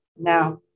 Now